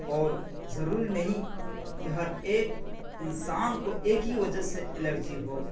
اور ضروری نہیں کہ ہر ایک انسان کو ایک ہی وجہ سے الرجی ہو